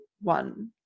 one